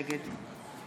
נגד